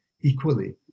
equally